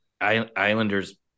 Islanders